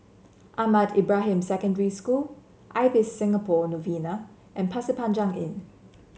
Ahmad Ibrahim Secondary School Ibis Singapore Novena and Pasir Panjang Inn